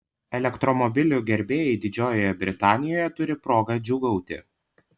elektromobilių gerbėjai didžiojoje britanijoje turi progą džiūgauti